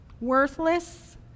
worthless